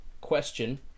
question